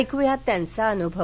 ऐकूयात त्यांचा अनुभव